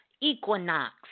equinox